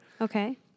Okay